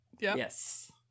Yes